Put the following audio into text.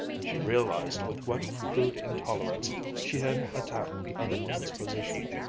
she realized with what crude intolerance she had attacked the other woman's position,